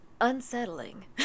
Unsettling